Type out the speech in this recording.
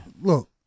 look